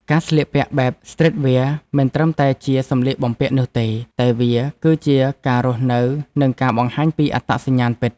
ការស្លៀកពាក់បែបស្ទ្រីតវែរមិនត្រឹមតែជាសម្លៀកបំពាក់នោះទេ តែវាគឺជាការរស់នៅនិងការបង្ហាញពីអត្តសញ្ញាណពិត។